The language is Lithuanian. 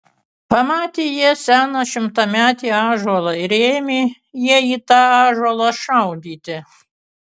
pamatė jie seną šimtametį ąžuolą ir ėmė jie į tą ąžuolą šaudyti